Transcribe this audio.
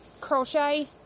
crochet